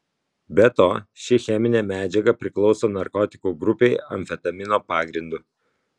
be to ši cheminė medžiaga priklauso narkotikų grupei amfetamino pagrindu